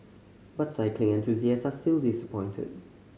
but cycling enthusiasts are still disappointed